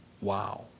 Wow